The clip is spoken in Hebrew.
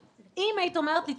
היית אומרת לי,